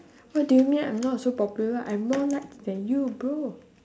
what do you mean I'm not so popular I have more likes than you bro